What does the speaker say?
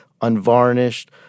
unvarnished